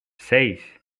seis